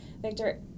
Victor